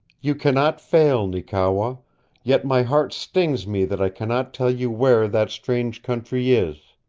you cannot fail, neekewa, yet my heart stings me that i cannot tell you where that strange country is.